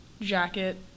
jacket